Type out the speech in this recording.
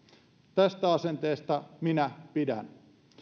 tästä asenteesta minä pidän